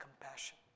compassion